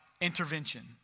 intervention